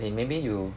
eh maybe you